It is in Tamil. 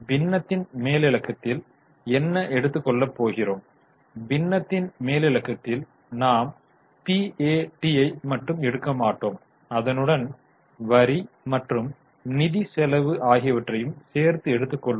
பின்னத்தின் மேலிழக்கத்தில் என்ன எடுத்துக் கொள்ள போகிறோம் பின்னத்தின் மேலிழக்கத்தில் நாம் PAT ஐ மட்டும் எடுக்க மாட்டோம் அதனுடன் வரி மற்றும் நிதி செலவு ஆகியவற்றையும் சேர்த்து எடுத்துக் கொள்வோம்